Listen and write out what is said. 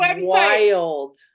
wild